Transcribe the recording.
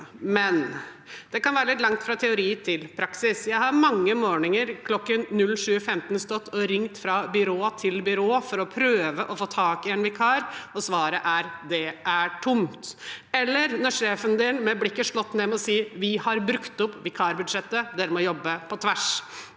men det kan være litt langt fra teori til praksis. Jeg har mange morgener klokken 07.15 stått og ringt til byrå etter byrå for å prøve å få tak i en vikar, og svaret er: Det er tomt. Eller sjefen med blikket ned må si: Vi har brukt opp vikarbudsjettet, dere må jobbe på tvers.